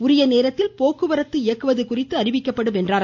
உரிய நேரத்தில் போக்குவரத்து இயக்குவது குறித்து அறிவிக்கப்படும் என்றார்